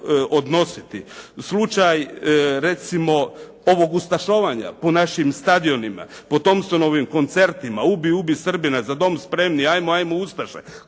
odnositi. Slučaj recimo ovog ustašovanja po našim stadionima, po Thompsonovim koncertima: «Ubi, ubi Srbina! Za Dom spremni! Ajmo, ajmo ustaše!».